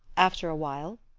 after a while,